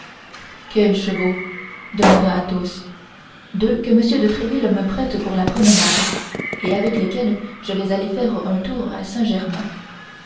quels chevaux demanda athos deux que m de tréville me prête pour la promenade et avec lesquels je vais aller faire un tour à